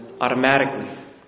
automatically